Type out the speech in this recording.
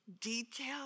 detail